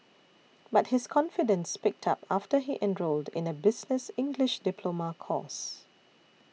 but his confidence picked up after he enrolled in a business English diploma course